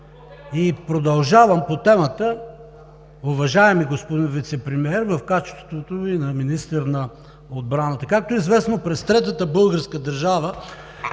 И продължавам по темата. Уважаеми господин Вицепремиер, в качеството Ви на министър на отбраната! Както е известно, през Третата българска държава